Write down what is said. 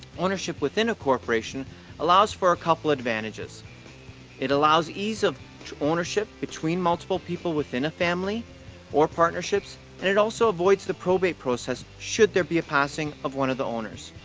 ownership within a corporation allows for couple advantages it allows ease of ownership between multiple people within a family or partnerships. and it also avoids the probate process should there be a passing of one of the owners.